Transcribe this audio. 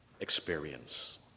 Experience